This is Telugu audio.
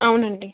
అవును అండి